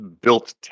built